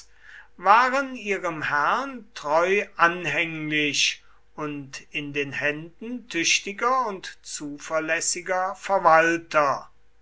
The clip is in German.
waren ihrem herrn treu anhänglich und in den händen tüchtiger und zuverlässiger verwalter